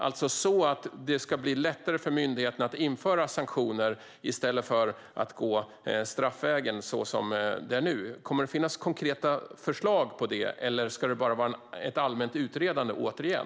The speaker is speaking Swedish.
Det ska alltså bli lättare för myndigheterna att införa sanktioner i stället för att gå straffvägen, så som det är nu. Kommer det att finnas konkreta förslag på det, eller ska det bara vara ett allmänt utredande återigen?